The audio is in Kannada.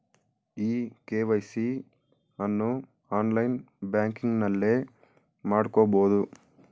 ಇ ಕೆ.ವೈ.ಸಿ ಅನ್ನು ಆನ್ಲೈನ್ ಬ್ಯಾಂಕಿಂಗ್ನಲ್ಲೇ ಮಾಡ್ಕೋಬೋದು